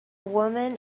woman